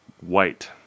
white